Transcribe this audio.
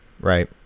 right